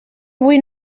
avui